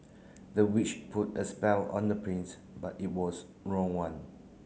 the witch put a spell on the prince but it was wrong one